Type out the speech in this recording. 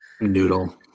Noodle